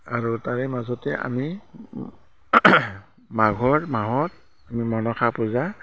আৰু তাৰে মাজতে আমি মাঘৰ মাহত আমি মনসা পূজা